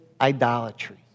idolatry